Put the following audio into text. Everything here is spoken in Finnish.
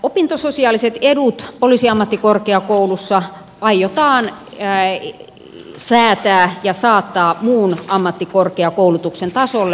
opintososiaaliset edut poliisiammattikorkeakoulussa aiotaan säätää ja saattaa muun ammattikorkeakoulutuksen tasolle